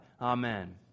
Amen